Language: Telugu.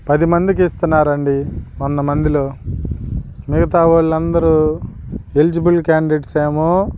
పదిమందికి ఇస్తున్నారు అండి వంద మందిలో మిగతా వాళ్ళందరూ ఎలిజిబుల్ క్యాండిడేట్స్ ఏమో